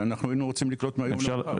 ואנחנו היינו רוצים לקלוט מהיום למחר.